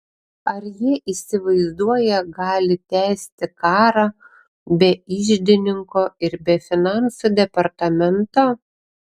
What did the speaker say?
ar jie įsivaizduoją galį tęsti karą be iždininko ir be finansų departamento